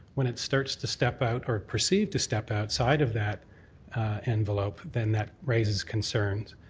when it starts to step out or proceed to step outside of that envelope, then that raises concerns,